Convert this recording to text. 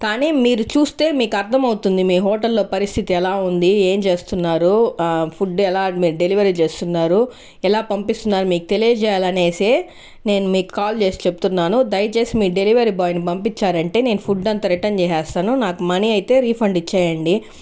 కానీ మీరు చూస్తే మీకు అర్థమవుతుంది మీ హోటల్ లో పరిస్థితి ఎలా ఉంది ఏం చేస్తున్నారు ఫుడ్ ఎలా మీరు డెలివరీ చేస్తున్నారు ఎలా పంపిస్తున్నారు మీకు తెలియజేయాలనేసే నేను మీకు కాల్ చేసి చెప్తున్నాను దయచేసి మీ డెలివరీ బాయ్ ని పంపించారంటే నేను ఫుడ్ అంత రిటర్న్ చేసేస్తాను నాకు మనీ అయితే రిఫండ్ ఇచ్చేయండి